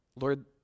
Lord